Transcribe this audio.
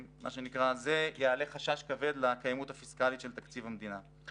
זה יעלה חשש כבד לקיימות הפיסקאלית של תקציב המדינה.